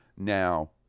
Now